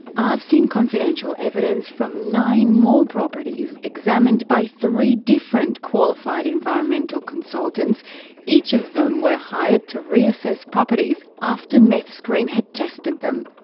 i've seen confidential evidence from nine more properties, examined by three different qualified environmental consultants each of them were hired to re-assess properties after meth screen had tested them.